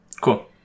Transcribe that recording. Cool